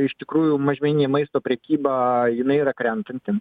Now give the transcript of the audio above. iš tikrųjų mažmeninė maisto prekyba jinai yra krentanti